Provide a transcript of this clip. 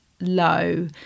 low